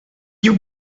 you